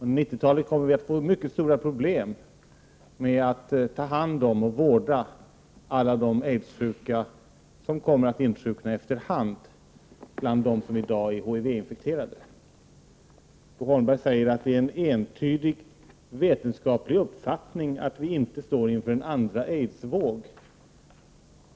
Under 90-talet kommer vi att få mycket stora problem med att ta hand om och vårda alla de aidssjuka som kommer att insjukna efter hand bland dem som i dag är HIV-infekterade. Bo Holmberg säger att det är en entydig vetenskaplig uppfattning att vi inte står inför en andra aidsvåg.